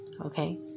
Okay